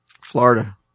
florida